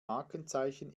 markenzeichen